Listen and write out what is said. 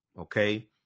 okay